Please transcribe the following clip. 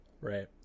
Right